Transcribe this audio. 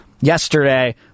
yesterday